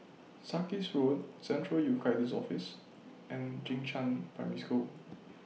Sarkies Road Central Youth Guidance Office and Jing Shan Primary School